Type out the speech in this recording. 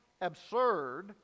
absurd